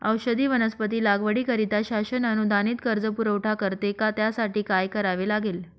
औषधी वनस्पती लागवडीकरिता शासन अनुदानित कर्ज पुरवठा करते का? त्यासाठी काय करावे लागेल?